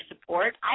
support